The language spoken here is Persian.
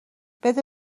بده